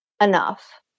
enough